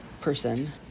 person